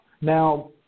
Now